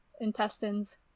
intestines